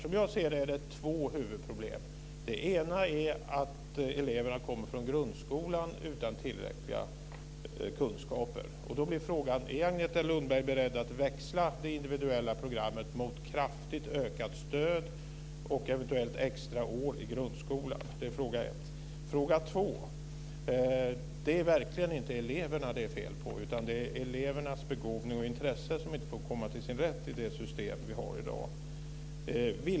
Som jag ser det finns det två huvudproblem. Det ena är att eleverna kommer från grundskolan utan tillräckliga kunskaper. Då blir frågan: Är Agneta Lundberg beredd att växla det individuella programmet mot kraftigt ökat stöd och eventuellt extra år i grundskolan? Det är fråga ett. Sedan har vi fråga två. Det är verkligen inte eleverna det är fel, utan det är elevernas begåvning och intresse som inte får komma till sin rätt i det system vi har i dag.